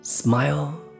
Smile